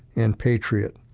and patriot.